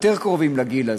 יותר קרובים לגיל הזה,